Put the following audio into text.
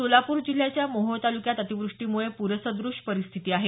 सोलापूर जिल्ह्याच्या मोहोळ तालुक्यात अतिवृष्टीमुळे पूरसदृश परिस्थिती आहे